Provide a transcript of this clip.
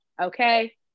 okay